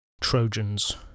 Trojans